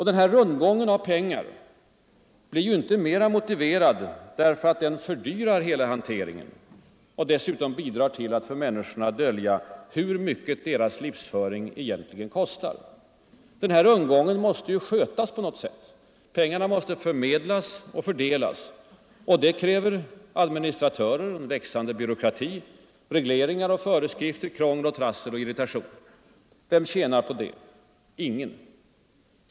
Den här rundgången av pengar blir inte mera motiverad för att den fördyrar hela hanteringen och dessutom bidrar till att för människorna dölja hur mycket deras livsföring egentligen kostar. Rundgången måste ju skötas på något sätt. Pengarna måste fördelas och förmedlas. Detta kräver administratörer och en växande byråkrati, regleringar och föreskrifter, krångel, trassel och irritation. Vem tjänar på detta? Ingen.